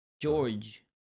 George